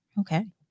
Okay